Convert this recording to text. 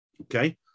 okay